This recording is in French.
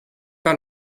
pas